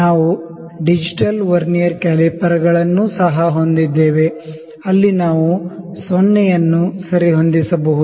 ನಾವು digital vernier ಕ್ಯಾಲಿಪರ್ಗಳನ್ನು ಸಹ ಹೊಂದಿದ್ದೇವೆ ಅಲ್ಲಿ ನಾವು 0 ಅನ್ನು ಸರಿಹೊಂದಿಸಬಹುದು